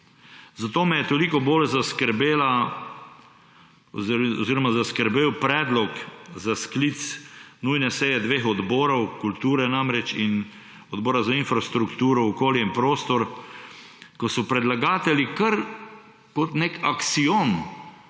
zaskrbela oziroma zaskrbel predlog za sklic nujne seje dveh odborov, kulture namreč in Odbora za infrastrukturo, okolje in prostor, ko so predlagatelji kar kot nek aksiom